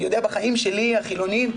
אני יודע בחיים שלי החילוניים,